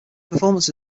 performances